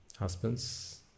Husbands